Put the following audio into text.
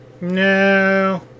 no